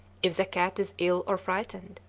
if the cat is ill or frightened,